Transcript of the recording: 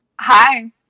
Hi